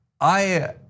I-